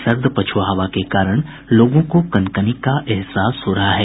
सर्द पछुआ हवा के कारण लोगों को कनकनी का एहसास हो रहा है